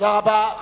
תודה רבה.